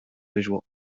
visual